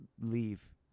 leave